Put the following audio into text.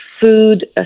food